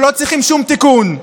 ולא צריכים שום תיקון.